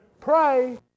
Pray